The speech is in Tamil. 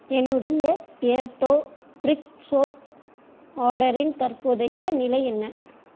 என்னுடைய பியர்டோ பிரிக் சோப் ஆடரின் தற்போதைய நிலை என்ன